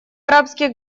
арабских